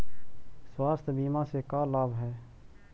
स्वास्थ्य बीमा से का लाभ है?